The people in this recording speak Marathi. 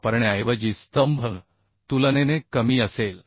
वापरण्याऐवजी स्तंभ तुलनेने कमी असेल